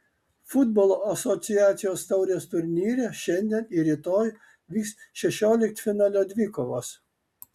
futbolo asociacijos taurės turnyre šiandien ir rytoj vyks šešioliktfinalio dvikovos